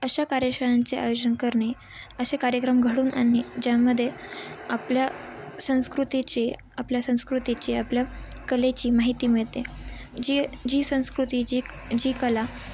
अशा कार्यशाळांचे आयोजन करणे असे कार्यक्रम घडवून आणणे ज्यामध्ये आपल्या संस्कृतीची आपल्या संस्कृतीची आपल्या कलेची माहिती मिळते जी जी संस्कृती जी जी कला